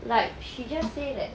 like she just say that